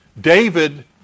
David